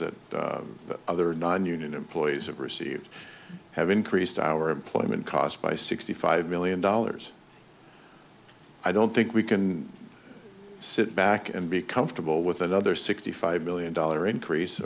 that other nonunion employees have received have increased our employment cost by sixty five million dollars i don't think we can sit back and be comfortable with another sixty five billion dollar increase